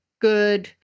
good